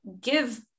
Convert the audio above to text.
give